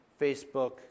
Facebook